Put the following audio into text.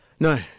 No